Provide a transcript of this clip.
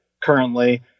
currently